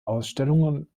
ausstellungen